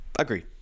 Agree